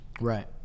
right